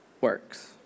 works